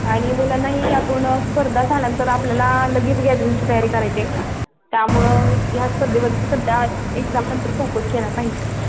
आणि मुलांनाही या पूर्ण स्पर्धा झाल्यानंतर आपल्याला लगेच गॅदरींगची तयारी करायची आहे त्यामुळं ह्या स्पर्धेवरती सध्या एक्झामनंतर फोकस केला पाहिजे